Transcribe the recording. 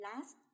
last